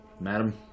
madam